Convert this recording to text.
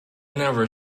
never